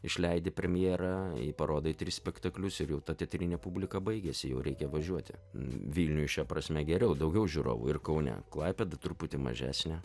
išleidi premjera parodai tris spektaklius ir jau ta teatrinė publika baigiasi jau reikia važiuoti vilniuj šia prasme geriau daugiau žiūrovų ir kaune klaipėda truputį mažesnė